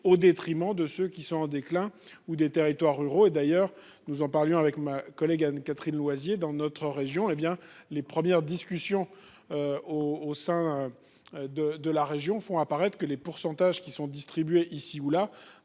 au détriment de ceux qui sont en déclin ou des territoires ruraux et d'ailleurs nous en parlions avec ma collègue Anne-Catherine Loisier dans notre région et bien les premières discussions. Au sein. De de la région font apparaître que les pourcentages qui sont distribués, ici ou là.